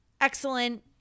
excellent